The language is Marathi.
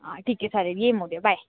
हां ठीक आहे चालेल ये मग ये बाय